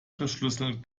verschlüsseln